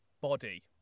body